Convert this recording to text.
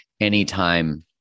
anytime